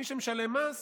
מי שמשלם מס